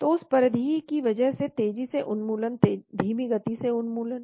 तो उस परिधीय की वजह से तेजी से उन्मूलन धीमी गति से उन्मूलन